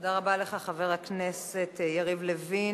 תודה רבה לך, חבר הכנסת יריב לוין.